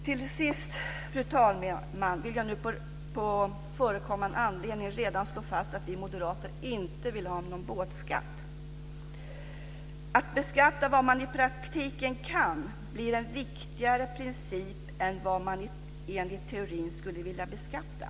Fru talman! Till sist vill jag på förekommen anledning redan nu slå fast att vi moderater inte vill ha någon båtskatt. Att beskatta vad man i praktiken kan blir en viktigare princip än vad man i teorin skulle vilja beskatta.